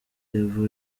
level